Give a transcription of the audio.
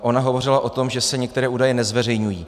Ona hovořila o tom, že se některé údaje nezveřejňují.